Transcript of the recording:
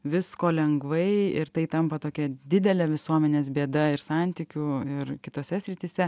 visko lengvai ir tai tampa tokia didelė visuomenės bėda ir santykių ir kitose srityse